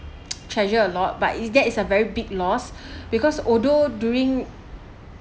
treasure a lot but it that is a very big loss because although during